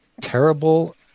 terrible